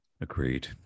Agreed